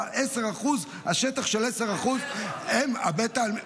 וב-10% השטח של 10% --- אבל מה ההבדל?